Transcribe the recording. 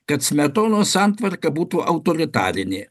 kad smetonos santvarka būtų autoritarinė